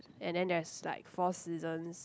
and then there's like four seasons